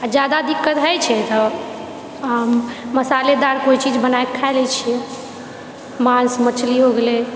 आ जादा दिक्कत होइत छै तऽ मसालेदार कोइचीज बनाएके खा लए छिऐ माँस मछली हो गेलै